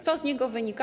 Co z niego wynika?